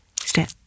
step